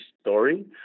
story